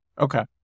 Okay